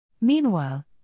Meanwhile